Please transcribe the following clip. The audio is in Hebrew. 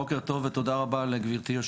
בוקר טוב ותודה רבה לגברתי אפרט רייטן מרום,